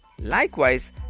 Likewise